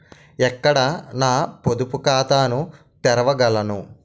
ఎక్కడ నా పొదుపు ఖాతాను తెరవగలను?